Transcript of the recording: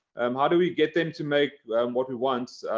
um how do we get them to make what we want?